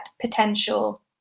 potential